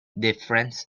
difference